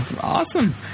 Awesome